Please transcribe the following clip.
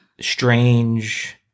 strange